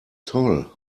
toll